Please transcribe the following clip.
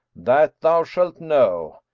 that thou shalt know,